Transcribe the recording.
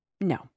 No